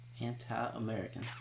Anti-American